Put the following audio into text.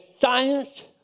science